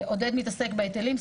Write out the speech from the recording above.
עודד מתעסק בהיטלים,